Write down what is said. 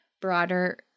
broader